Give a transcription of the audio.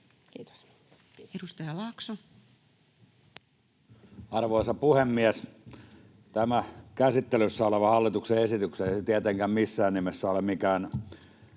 Kiitos. Edustaja Laakso. Arvoisa puhemies! Tämä käsittelyssä oleva hallituksen esitys ei tietenkään, missään nimessä, ole mikään